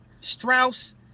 Strauss